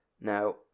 Now